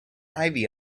ivy